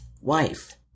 wife